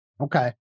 Okay